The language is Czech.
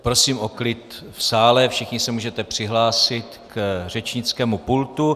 Prosím o klid v sále, všichni se můžete přihlásit k řečnickému pultu.